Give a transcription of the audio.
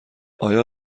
آیای